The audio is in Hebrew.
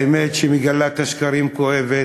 האמת שמגלה את השקרים כואבת.